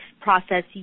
process